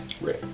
Right